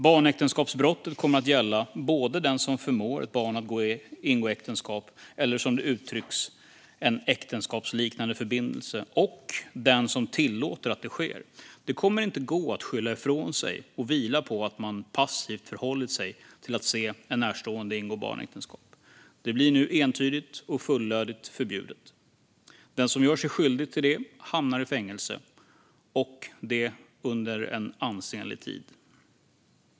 Barnäktenskapsbrottet kommer att gälla både den som förmår ett barn att ingå äktenskap - eller, som det uttrycks, en äktenskapsliknande förbindelse - och den som tillåter att det sker. Det kommer inte att gå att skylla ifrån sig och vila på att man passivt förhållit sig till att se en närstående ingå barnäktenskap. Det blir nu entydigt och fullödigt förbjudet. Den som gör sig skyldig till detta hamnar i fängelse, och det under en ansenlig tid.